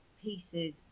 pieces